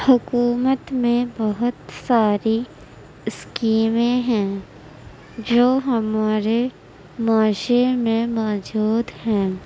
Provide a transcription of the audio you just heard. حکومت میں بہت ساری اسکیمیں ہیں جو ہمارے معاشرے میں موجود ہیں